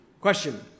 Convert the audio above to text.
question